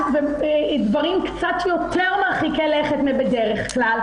דברים קצת יותר מרחיקי לכת מבדרך כלל,